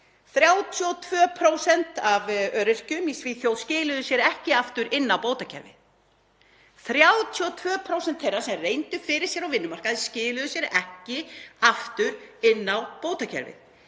32% af öryrkjum í Svíþjóð skiluðu sér ekki aftur inn á bótakerfið, 32% þeirra sem reyndu fyrir sér á vinnumarkaði skiluðu sér ekki aftur inn á bótakerfið.